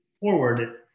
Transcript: forward